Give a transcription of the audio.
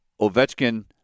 Ovechkin